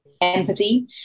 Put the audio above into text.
empathy